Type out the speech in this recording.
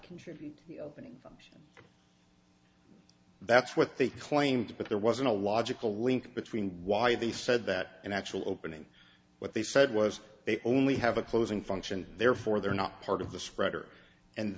contribute and that's what they claimed that there wasn't a logical link between why they said that an actual opening what they said was they only have a closing function therefore they're not part of the spreader and